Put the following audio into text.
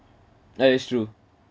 ya it's true